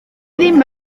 ddim